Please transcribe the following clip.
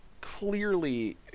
clearly